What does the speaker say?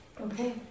Okay